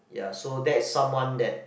ya so that's someone that